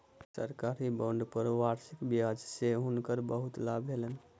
सरकारी बांड पर वार्षिक ब्याज सॅ हुनका बहुत लाभ भेलैन